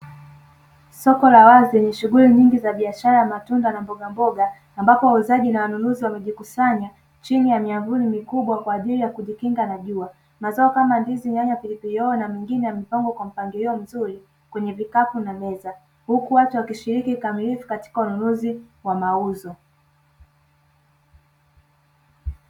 Soko la wazi lenye shughuli nyingi za biashara ya matunda na mbogamboga, ambapo wauzaji na wanunuzi wamejikusanya chini ya miamvuli mikubwa kwaajili ya kujikinga na jua. Mazao kama ndizi, nyanya, pilipili hoho na mengine yamepangwa vizuri kwenye vikapu na meza, huku watu wakishiriki kikamilifu katika ununuzi wa mauzo.